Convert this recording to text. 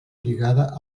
lligada